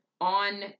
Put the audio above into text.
on